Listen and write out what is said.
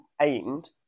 aimed